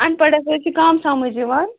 اَن پڑس حظ چھُ کَم سمٕجھ یِوان